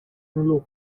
村落